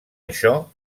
això